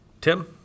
Tim